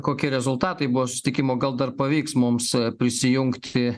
kokie rezultatai buvo susitikimo gal dar pavyks mums prisijungti